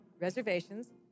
reservations